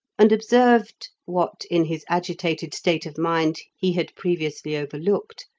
and observed, what in his agitated state of mind he had previously overlooked,